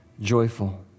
joyful